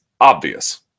obvious